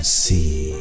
see